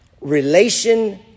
Relation